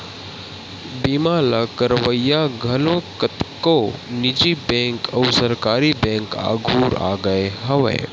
बीमा ल करवइया घलो कतको निजी बेंक अउ सरकारी बेंक आघु आगे हवय